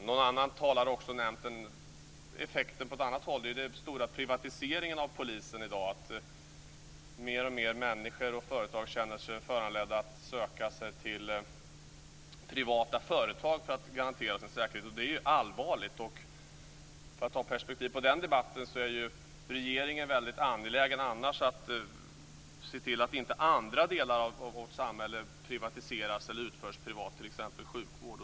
Någon annan talare har nämnt effekterna på ett annat håll, den stora privatiseringen av polisen i dag. Fler och fler människor och företag känner sig föranledda att söka sig till privata företag för att garantera sin säkerhet. Det är ju allvarligt. För att ha perspektiv på den debatten är det ju så att regeringen annars är väldigt angelägen om att se till att inte delar av samhället privatiseras och att tjänster utförs privat. Det gäller t.ex. sjukvård.